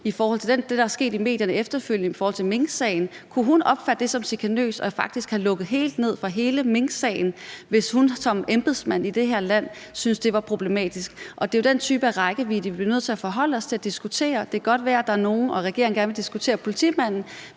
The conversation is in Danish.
efterfølgende er sket i medierne i forhold til minksagen, som chikanøst og faktisk have lukket helt ned for hele minksagen, hvis hun som embedsmand i det her land syntes, at det var problematisk? Det er jo den type rækkevidde, vi bliver nødt til at forholde os til og diskutere. Det kan godt være, at nogle folk og regeringen gerne vil diskutere politimanden,